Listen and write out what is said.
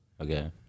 Okay